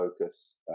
focus